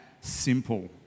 simple